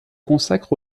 consacre